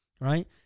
right